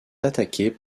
attaqués